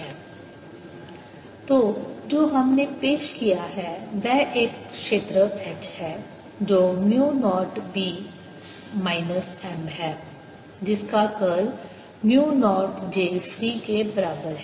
B 0M0jfree HrB 0M तो जो हमने पेश किया है वह एक क्षेत्र H है जो mu naught B minus M है जिसका curl mu naught j free के बराबर है